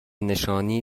نشانی